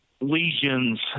lesions